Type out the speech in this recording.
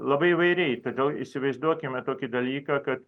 labai įvairiai todėl įsivaizduokime tokį dalyką kad